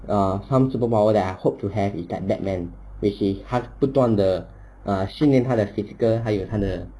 err some superpower that I hope to have in that batman which is hard 不断的 uh 训练他的 physical 还有他的